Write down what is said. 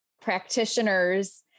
practitioners